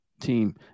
team